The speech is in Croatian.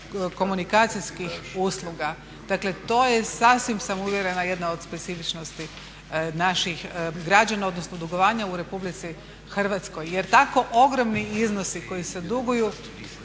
komunikacijskih usluga. Dakle to je sasvim sa uvjerena jedna od specifičnosti naših građana odnosno dugovanja u Republici Hrvatskoj jer tako ogromni iznosi koji se duguju